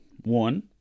One